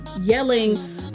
yelling